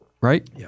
right